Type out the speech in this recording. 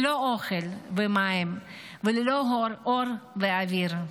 ללא אוכל ומים וללא אור ואוויר.